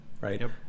right